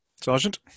Sergeant